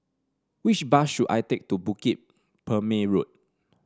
which bus should I take to Bukit Purmei Road